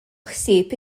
ħsieb